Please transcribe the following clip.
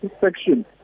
section